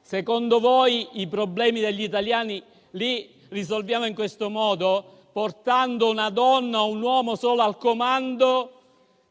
Secondo voi i problemi degli italiani li risolviamo in questo modo, portando una donna o un uomo solo al comando